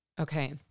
Okay